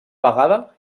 vegada